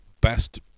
best